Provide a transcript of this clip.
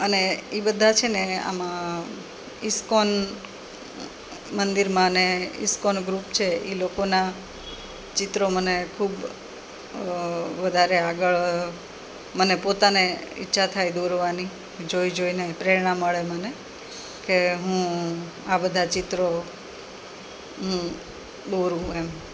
અને એ બધાં છે ને આમાં ઇસ્કોન મંદિરમાં ને ઇસ્કોન ગ્રુપ છે એ લોકોનાં ચિત્રો મને ખૂબ વધારે આગળ મને પોતાને ઈચ્છા થાય દોરવાની જોઈ જોઈને પ્રેરણા મળે મને કે હું આ બધાં ચિત્રો હું દોરું એમ